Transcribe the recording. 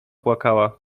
płakała